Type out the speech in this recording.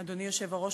אדוני היושב-ראש,